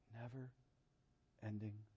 Never-ending